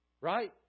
Right